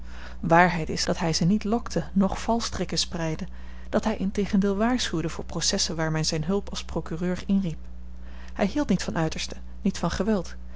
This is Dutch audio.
waarheid is dat hij ze niet lokte noch valstrikken spreidde dat hij integendeel waarschuwde voor processen waar men zijne hulp als procureur inriep hij hield niet van uitersten niet van geweld